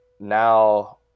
Now